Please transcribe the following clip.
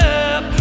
up